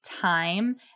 time